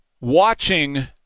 watching